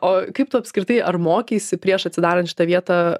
o kaip tu apskritai ar mokeisi prieš atsidarant šitą vietą